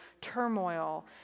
turmoil